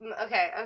Okay